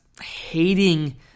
hating